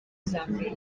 zambiya